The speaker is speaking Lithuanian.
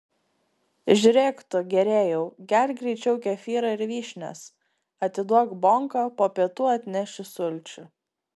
žiūrėk tu gėrėjau gerk greičiau kefyrą ir vyšnias atiduok bonką po pietų atnešiu sulčių